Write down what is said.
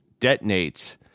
detonates